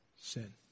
sin